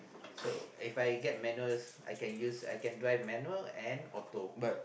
so If I get manual I can use I can drive manual and auto